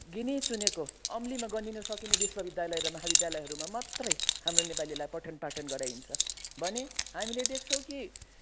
गिने चुनेको औँलीमा गन्नु सकिने विश्वविद्यालय र महाविद्यालयहरूमा मात्रै हाम्रो नेपालीलाई पठन पाठन गराइन्छ भने हामीले देख्छौँ कि